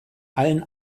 allen